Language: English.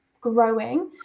growing